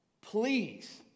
please